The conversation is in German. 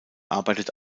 arbeitet